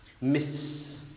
myths